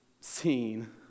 scene